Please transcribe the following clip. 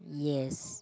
yes